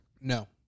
No